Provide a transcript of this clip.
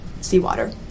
seawater